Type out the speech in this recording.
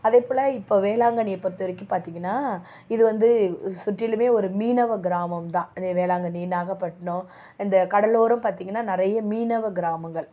அதே போல் இப்போ வேளாங்கண்ணியை பொறுத்த வரைக்கும் பார்த்தீங்கன்னா இது வந்து சுற்றிலுமே ஒரு மீனவ கிராமம் தான் இது வேளாங்கண்ணி நாகப்பட்டினம் இந்த கடலோரம் பார்த்தீங்கன்னா நிறைய மீனவ கிராமங்கள்